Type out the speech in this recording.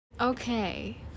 Okay